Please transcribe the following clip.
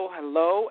hello